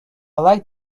like